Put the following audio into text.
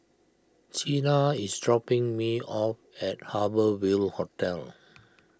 Chynna is dropping me off at Harbour Ville Hotel